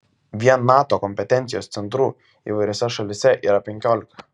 vien nato kompetencijos centrų įvairiose šalyse yra penkiolika